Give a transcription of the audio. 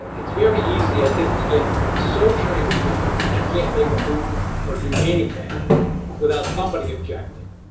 it's very easy, i think, to get so transparent that you can't make a move or do anything without somebody objecting.